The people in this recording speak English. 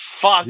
fuck